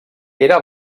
era